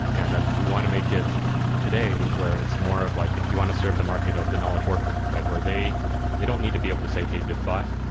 and then we want to make it today where it's more of like we want to serve the market of the knowledge worker where they they don't need to be able to say, hey, diffbot.